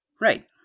Right